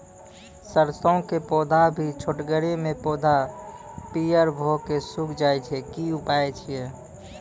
सरसों के पौधा भी छोटगरे मे पौधा पीयर भो कऽ सूख जाय छै, की उपाय छियै?